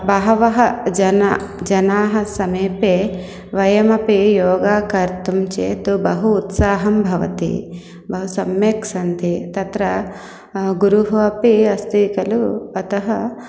बहवः जनाः जनाः समीपे वयमपि योगा कर्तुं चेत् बहु उत्साहं भवति बहु सम्यक् सन्ति तत्र गुरुः अपि अस्ति खलु अतः